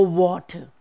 water